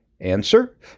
Answer